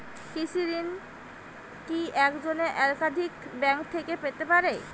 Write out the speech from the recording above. কৃষিঋণ কি একজন একাধিক ব্যাঙ্ক থেকে পেতে পারে?